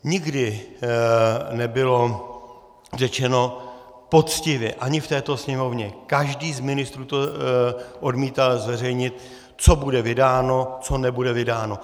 Nikdy nebylo řečeno poctivě, ani v této Sněmovně, každý z ministrů to odmítal zveřejnit, co bude vydáno, co nebude vydáno.